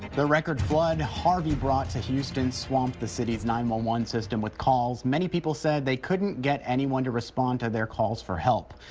record flood harvey brought to houston swamped the city's nine one one system with calls. many people said they couldn't get anyone to respond to their calls for help.